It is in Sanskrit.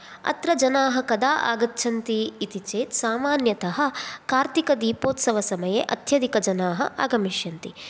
अत्र जनाः कदा आगच्छन्ति इति चेद् सामान्यतः कार्तिकद्वीपोत्सवसमये अत्यधिकजनाः आगमष्यन्ति